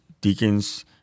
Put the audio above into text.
deacons